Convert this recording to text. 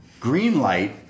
Greenlight